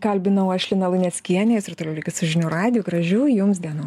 kalbinau aš lina luneckienė jūs ir toliau likit su žinių radiju gražių jums dienų